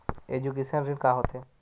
Education ऋण का होथे?